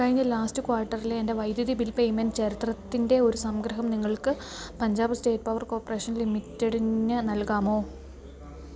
കഴിഞ്ഞ ലാസ്റ്റ് ക്വാർട്ടറിലെ എൻ്റെ വൈദ്യുതി ബിൽ പേയ്മെൻ്റ് ചരിത്രത്തിൻ്റെ ഒരു സംഗ്രഹം നിങ്ങൾക്ക് പഞ്ചാബ് സ്റ്റേറ്റ് പവർ കോർപ്പറേഷൻ ലിമിറ്റഡിന് നൽകാമോ